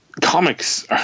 Comics